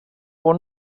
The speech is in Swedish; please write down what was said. var